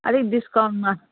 अलिक डिस्काउन्टमा